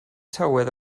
tywydd